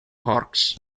parks